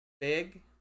big